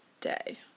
day